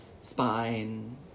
spine